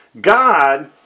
God